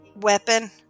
weapon